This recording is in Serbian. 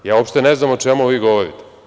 Ja uopšte ne znam o čemu vi govorite.